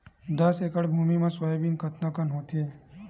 दस एकड़ भुमि म सोयाबीन कतका कन होथे?